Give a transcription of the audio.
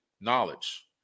knowledge